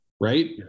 right